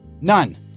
None